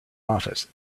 office